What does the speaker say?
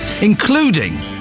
including